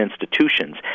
institutions